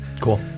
Cool